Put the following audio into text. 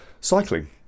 cycling